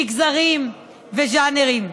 מגזרים וז'אנרים.